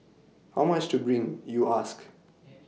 how much to bring you ask